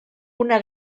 una